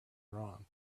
wrong